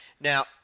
Now